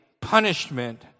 punishment